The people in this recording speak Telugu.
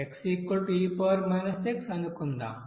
xe x అనుకుందాం